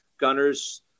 Gunners